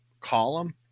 column